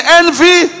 envy